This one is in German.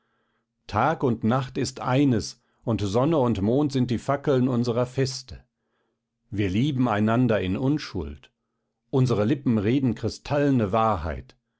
tag und nacht ist eines und sonne und mond sind die fackeln unserer feste wir lieben einander in unschuld unsere lippen reden kristallene wahrheit